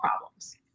problems